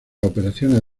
operaciones